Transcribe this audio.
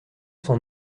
son